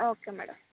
okay madam